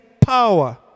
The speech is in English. power